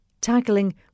tackling